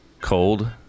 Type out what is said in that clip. Cold